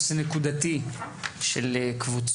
זה לא רק נושא נקודתי שקשור לקבוצות,